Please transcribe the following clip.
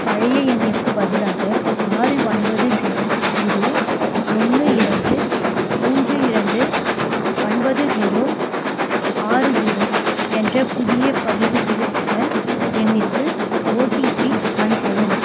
பழைய எண்ணிற்குப் பதிலாக ஆறு ஒன்பது ஜீ ஜீரோ ஒன்று இரண்டு மூன்று இரண்டு ஒன்பது ஜீரோ ஆறு ஜீரோ என்ற புதிய பதிவு செய்யப்பட்ட எண்ணிற்கு ஓடிபி அனுப்பவும்